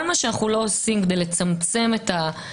כל מה שאנו לא עושים כדי לצמצם את הפגיעה